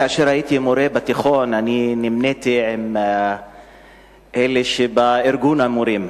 כאשר הייתי מורה בתיכון אני נמניתי עם אלה שבארגון המורים,